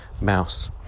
mouse